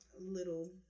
little